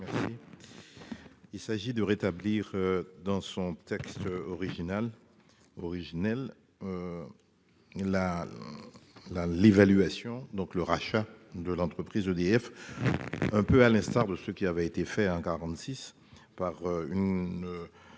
Il s'agit de rétablir dans son texte original originel. La. La l'évaluation donc le rachat de l'entreprise EDF. Un peu à l'instar de ce qui avait été fait en 46 par une.